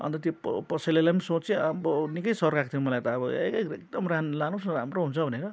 अन्त त्यो पो पसलेलाई पनि सोचेँ अब निकै सर्काएको थियो मलाई त अब ए एकदम राम्रो लानुहोस् न राम्रो हुन्छ भनेर